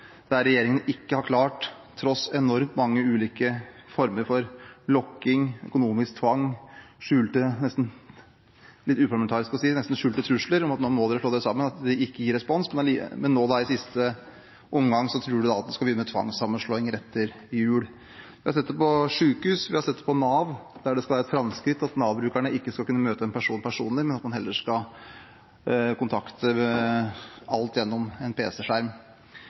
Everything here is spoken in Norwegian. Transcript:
der regjeringen tross enormt mange ulike former for lokking, økonomisk tvang, og – det er litt uparlamentarisk å si – nesten skjulte trusler om at nå må man slå seg sammen. Det gir ingen respons, men nå i siste omgang tror man at man skal begynne med tvangssammenslåinger etter jul. Vi har sett det på sykehus, og vi har sett det på Nav, der det skal være et framskritt at Nav-brukerne ikke skal kunne møte en person personlig, men at all kontakt skal skje gjennom en